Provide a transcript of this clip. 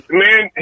man